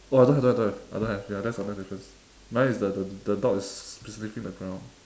oh I don't have don't have I don't have ya that's our next difference mine is the the the dog is facing the ground